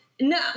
No